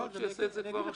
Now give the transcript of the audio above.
הוא יעשה את זה כבר עכשיו.